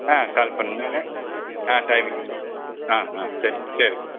ஆ call பண்ணுங்கள் ஆ timing சொல்லுங்கள் ஆ ஆ சரிங்க சரிங்க